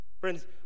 Friends